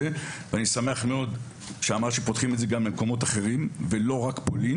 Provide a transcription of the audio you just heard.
ואני שמח מאוד שאמרת שפותחים את זה גם למקומות אחרים ולא רק לפולין